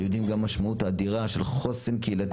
אנחנו יודעים גם מה המשמעות האדירה של חוסן קהילתי,